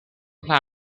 planet